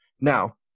Now